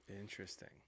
Interesting